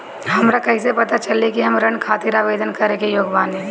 हमरा कईसे पता चली कि हम ऋण खातिर आवेदन करे के योग्य बानी?